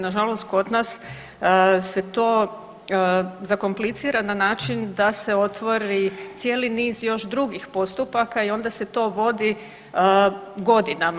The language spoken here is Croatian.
Nažalost kod nas se to zakomplicira na način da se otvori cijeli niz još drugih postupaka i onda se to vodi godinama.